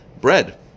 bread